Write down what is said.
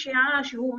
כראוי,